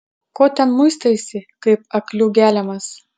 ko ten muistaisi kaip aklių geliamas